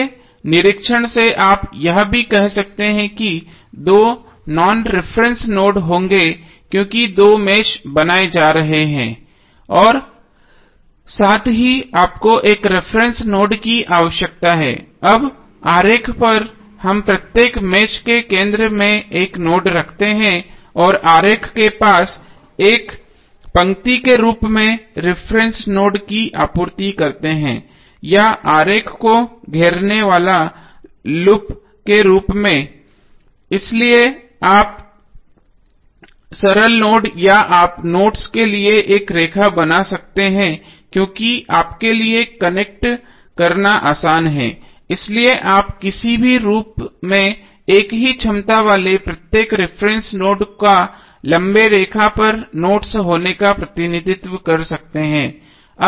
इसलिए निरीक्षण से आप यह भी कह सकते हैं कि दो नॉन रिफरेन्स नोड होंगे क्योंकि दो मेष बनाए जा रहे हैं और साथ ही आपको एक रिफरेन्स नोड की आवश्यकता है अब आरेख पर हम प्रत्येक मेष के केंद्र में एक नोड रखते हैं और आरेख के पास एक पंक्ति के रूप में रिफरेन्स नोड की आपूर्ति करते हैं या आरेख को घेरने वाले लूप के रूप में इसलिए आप सरल नोड या आप नोड्स के लिए एक रेखा बना सकते हैं क्योंकि आपके लिए कनेक्ट करना आसान है इसलिए आप किसी भी रूप में एक ही क्षमता वाले प्रत्येक रिफरेन्स नोड का लंबे रेखा पर नोड्स होने का प्रतिनिधित्व कर सकते हैं